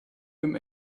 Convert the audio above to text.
him